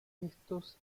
estos